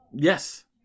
Yes